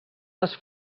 les